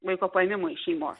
vaiko paėmimo iš šeimos